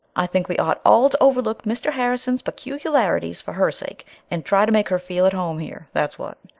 i think we ought all to overlook mr. harrison's peculiarities for her sake and try to make her feel at home here, that's what.